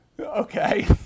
Okay